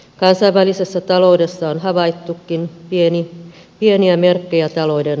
kansainvälisessä taloudessa on havaittukin pieniä pieniä merkkejä talouden